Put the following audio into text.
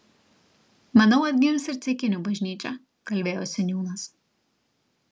manau atgims ir ceikinių bažnyčia kalbėjo seniūnas